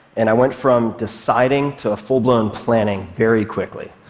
and i went from deciding to full-blown planning very quickly.